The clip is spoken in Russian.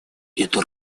эта